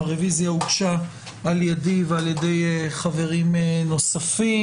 הרביזיה הוגשה על ידי ועל ידי חברים נוספים,